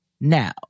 now